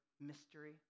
Mystery